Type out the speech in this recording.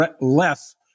less